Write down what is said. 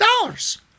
dollars